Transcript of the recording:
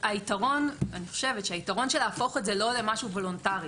אני חושבת שהיתרון של להפוך את זה לא למשהו וולונטרי